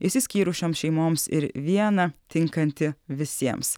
išsiskyrušioms šeimoms ir vieną tinkanti visiems